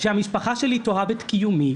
שהמשפחה שלי תאהב את קיומי.